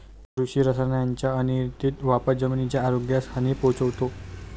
कृषी रसायनांचा अनियंत्रित वापर जमिनीच्या आरोग्यास हानी पोहोचवतो